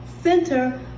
Center